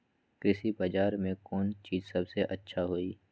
कृषि बजार में कौन चीज सबसे अच्छा होई?